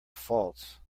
false